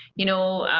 you know,